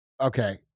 okay